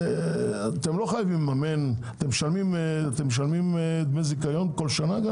אתם לא חייבים לממן אתם משלמים דמי זיכיון כל שנה?